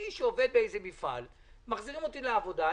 אני שעובד באיזה מפעל, מחזירים אותי לעבודה.